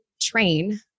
train